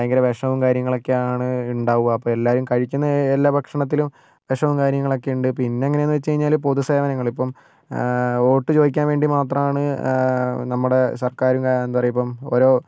ഭയങ്കര വിഷവും കാര്യങ്ങളൊക്കെയാണ് ഉണ്ടാവുക അപ്പം എല്ലാവരും കഴിക്കുന്ന എല്ലാ ഭക്ഷണത്തിലും വിഷവും കാര്യങ്ങളൊക്കെ ഉണ്ട് പിന്നെ എങ്ങനെ എന്ന് വെച്ച് കഴിഞ്ഞാൽ പൊതുസേവനങ്ങൾ ഇപ്പം വോട്ട് ചോദിക്കാൻ വേണ്ടി മാത്രമാണ് നമ്മുടെ സർക്കാരും എന്താണ് പറയുക ഇപ്പം ഓരോ